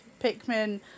Pikmin